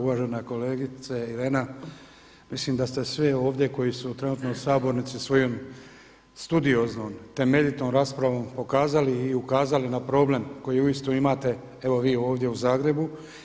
Uvažena kolegice Irena, mislim da ste svi ovdje koji su trenutno u sabornici svojom studioznom, temeljitom raspravom pokazali i ukazali na problem koji uistinu imate evo vi ovdje u Zagrebu.